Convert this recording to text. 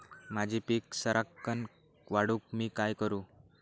माझी पीक सराक्कन वाढूक मी काय करू?